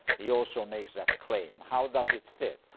he also makes that claim. how does it fit?